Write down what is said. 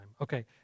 Okay